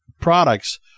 products